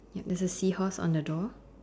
yup there's a seahorse on the door